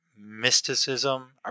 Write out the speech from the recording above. mysticism